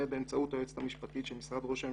באמצעות היועצת המשפטית של משרד ראש הממשלה,